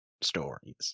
stories